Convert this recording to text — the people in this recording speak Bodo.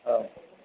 औ